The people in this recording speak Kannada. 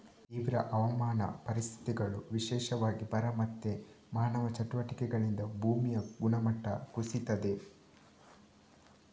ತೀವ್ರ ಹವಾಮಾನ ಪರಿಸ್ಥಿತಿಗಳು, ವಿಶೇಷವಾಗಿ ಬರ ಮತ್ತೆ ಮಾನವ ಚಟುವಟಿಕೆಗಳಿಂದ ಭೂಮಿಯ ಗುಣಮಟ್ಟ ಕುಸೀತದೆ